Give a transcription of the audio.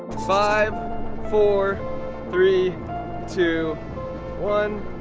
five four three two one